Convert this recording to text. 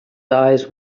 eyes